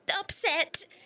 upset